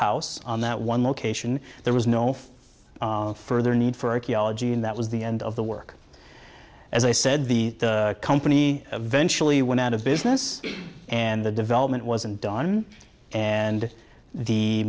house on that one location there was no further need for archaeology and that was the end of the work as i said the company eventually went out of business and the development wasn't done and the